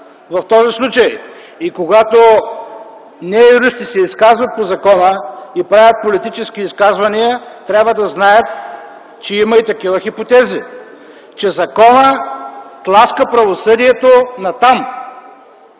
в този случай. Когато неюристи се изказват по закона и правят политически изказвания, трябва да знаят, че има и такива хипотези – че законът тласка правосъдието натам.